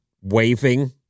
waving